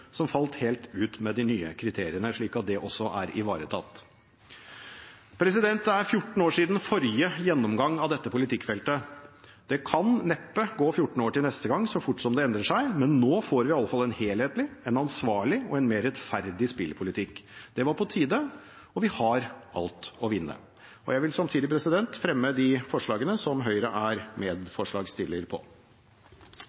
som falt helt ut med de nye kriteriene – slik at det også er ivaretatt. Det er 14 år siden forrige gjennomgang av dette politikkfeltet. Det kan neppe gå 14 år til neste gang, så fort som det endrer seg, men nå får vi iallfall en helhetlig, en ansvarlig og en mer rettferdig spillpolitikk. Det var på tide. Vi har alt å vinne. Jeg vil samtidig fremme de forslagene der Høyre er